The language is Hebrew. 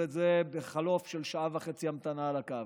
את זה בחלוף של שעה וחצי המתנה על הקו.